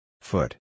Foot